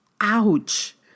Ouch